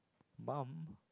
mum